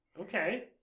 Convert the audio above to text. okay